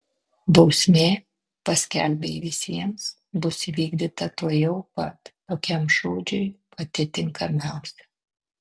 bausmė paskelbei visiems bus įvykdyta tuojau pat tokiam šūdžiui pati tinkamiausia